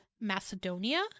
Macedonia